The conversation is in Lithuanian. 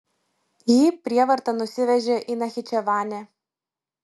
jį prievarta nusivežė į nachičevanę